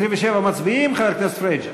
על 27 מצביעים, חבר הכנסת פריג'?